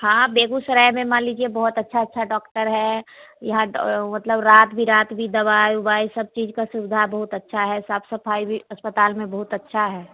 हाँ बेगूसराय में मान लीजिए बहुत अच्छा अच्छा डाक्टर है मतलब रात बिरात भी दवाई उवाई भी सब चीज का सुविधा बहुत अच्छा है साफ सफाई भी अस्पताल में बहुत अच्छा है